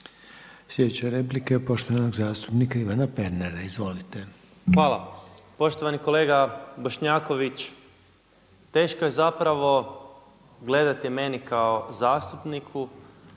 Sljedeća replika je poštovanog zastupnika Ivana Pernara. Izvolite. **Pernar, Ivan (Živi zid)** Hvala. Poštovani kolega Bošnjaković, teško je zapravo gledati meni kao zastupniku